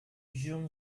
vision